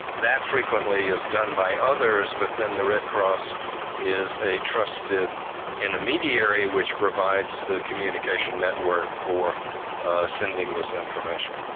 that frequently is done by others, but then the red cross is a trusted intermediary which provides the communication network for sending this information.